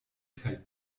kaj